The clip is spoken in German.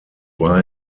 war